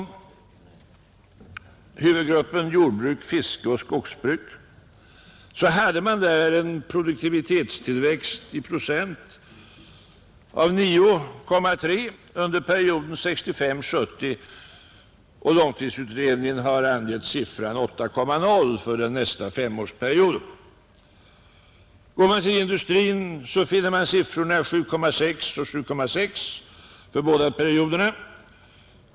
Inom huvudgruppen jordbruk, fiske och skogsbruk var produktivitetstillväxten 9,3 procent under perioden 1965-1970. Långtidsutredningen har angett siffran 8,0 för den följande femårsperioden. Går man till industrin finner man siffran 7,6 för båda perioderna.